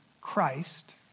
Christ